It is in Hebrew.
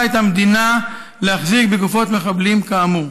את המדינה להחזיק בגופות מחבלים כאמור.